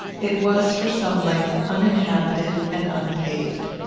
it was, for some length, uninhabited and unpaved.